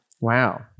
Wow